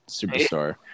superstar